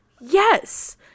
Yes